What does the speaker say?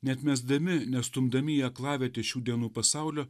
neatmesdami nestumdami į aklavietę šių dienų pasaulio